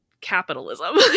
capitalism